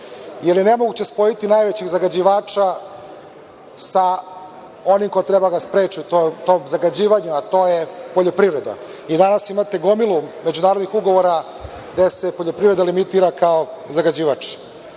jer je nemoguće spojiti najvećeg zagađivača sa onim ko treba da ga spreči od tog zagađivanja, a to je poljoprivreda. Danas imate gomilu međunarodnih ugovora gde se poljoprivreda limitira kao zagađivač. Odmah